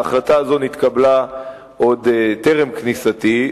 ההחלטה הזו נתקבלה עוד טרם כניסתי,